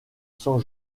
san